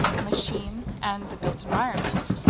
a machine, and the built environment.